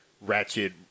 ratchet